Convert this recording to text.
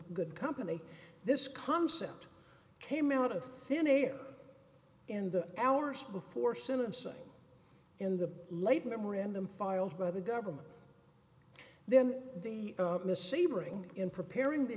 good company this concept came out of thin air in the hours before sentencing in the late memorandum filed by the government then the miss sebring in preparing the